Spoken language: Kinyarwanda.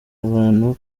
abantu